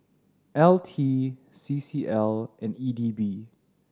L T C C L and E D B